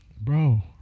bro